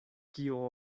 kio